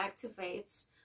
activates